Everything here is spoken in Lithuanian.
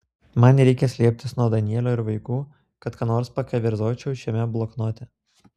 man nereikia slėptis nuo danielio ir vaikų kad ką nors pakeverzočiau šiame bloknote